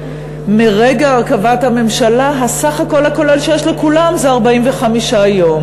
מרגע הרכבת הממשלה הסך הכול הכולל שיש לכולם זה 45 יום,